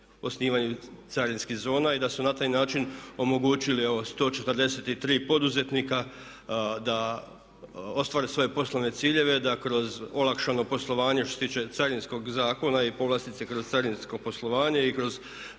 osnivanju carinskih zona i da su na taj način omogućili evo 143 poduzetnika da ostvare svoje poslovne ciljeve, da kroz olakšano poslovanje što se tiče carinskog zakona i povlastice kroz carinsko poslovanje i kroz